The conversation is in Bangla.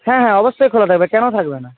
হ্যাঁ হ্যাঁ অবশ্যই খোলা থাকবে কেন থাকবে না